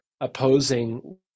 opposing